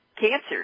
cancer